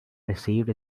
received